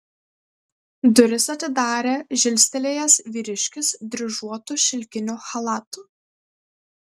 duris atidarė žilstelėjęs vyriškis dryžuotu šilkiniu chalatu